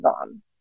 on